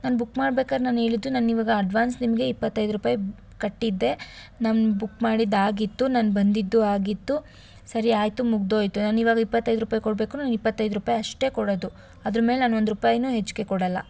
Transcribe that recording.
ನಾನು ಬುಕ್ ಮಾಡ್ಬೇಕಾದ್ರ್ ನಾನು ಹೇಳಿದ್ದು ನಾನು ಇವಾಗ ಅಡ್ವಾನ್ಸ್ ನಿಮಗೆ ಇಪ್ಪತ್ತೈದು ರೂಪಾಯಿ ಕಟ್ಟಿದ್ದೆ ನಾನು ಬುಕ್ ಮಾಡಿದ್ದಾಗಿತ್ತು ನಾನು ಬಂದಿದ್ದು ಆಗಿತ್ತು ಸರಿ ಆಯಿತು ಮುಗಿದೋಯ್ತು ನಾನು ಇವಾಗ ಇಪ್ಪತ್ತೈದು ರೂಪಾಯಿ ಕೊಡಬೇಕು ನಾನು ಇಪ್ಪತ್ತೈದು ರೂಪಾಯಿ ಅಷ್ಟೇ ಕೊಡೋದು ಅದ್ರ್ಮೇಲೆ ನಾನು ಒಂದು ರೂಪಾಯಿನೂ ಹೆಚ್ಚಿಗೆ ಕೊಡೊಲ್ಲ